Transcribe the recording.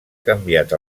canviat